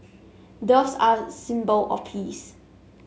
doves are a symbol of peace